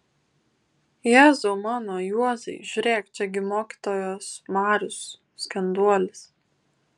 jėzau mano juozai žiūrėk čia gi mokytojos marius skenduolis